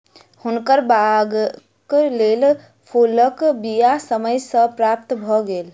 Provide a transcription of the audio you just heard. हुनकर बागक लेल फूलक बीया समय सॅ प्राप्त भ गेल